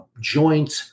joint